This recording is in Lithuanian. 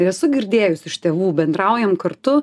ir esu girdėjus iš tėvų bendraujam kartu